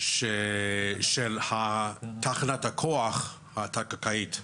של תחנת הכוח התת קרקעית,